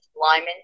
Lyman